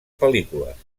pel·lícules